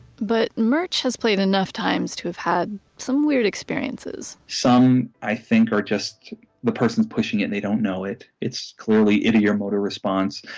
but murch has played enough times to have had some weird experiences some i think are just the person's pushing it and they don't know it. it's clearly ideomotor response.